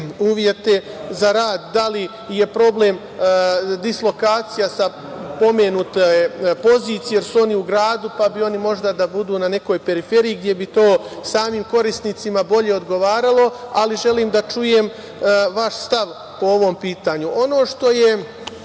uslove za rad. Da li je problem dislokacija sa pomenute pozicije, jer su oni u gradu, pa bi oni možda da budu na nekoj periferiji, gde bi to samim korisnicima bolje odgovaralo? Želim da čujem vaš stav po ovom pitanju. Ono što je